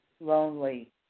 lonely